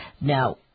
Now